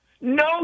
No